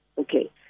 Okay